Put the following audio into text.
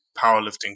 powerlifting